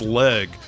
leg